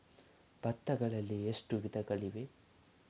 ಭತ್ತಗಳಲ್ಲಿ ಎಷ್ಟು ವಿಧಗಳಿವೆ?